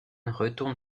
retourne